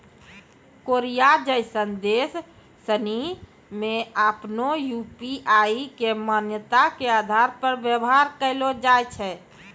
Korea जैसन देश सनि मे आपनो यू.पी.आई के मान्यता के आधार पर व्यवहार कैलो जाय छै